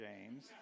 James